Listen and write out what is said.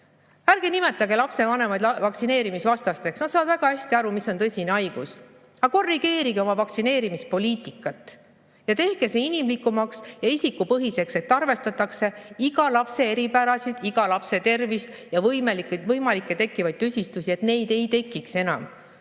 Ärge nimetage lapsevanemaid vaktsineerimisvastasteks. Nad saavad väga hästi aru, mis on tõsine haigus. Korrigeerige oma vaktsineerimispoliitikat ja tehke see inimlikumaks ja isikupõhiseks, et arvestataks iga lapse eripära, iga lapse tervist ja võimalikke tekkivaid tüsistusi, et neid ei tekiks enam.